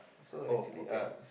uh oh okay